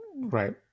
Right